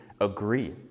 agree